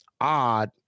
odd